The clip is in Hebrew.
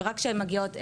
רק כשהן מגיעות אלינו,